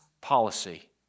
policy